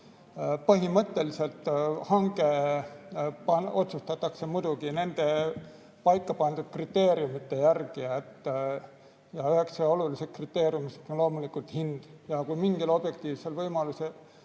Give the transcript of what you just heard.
põhimõtteliselt otsustatakse muidugi paikapandud kriteeriumite järgi ja üheks oluliseks kriteeriumiks on loomulikult hind. Kui mingil objektiivsel põhjusel